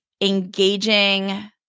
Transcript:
engaging